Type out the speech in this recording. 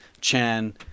Chan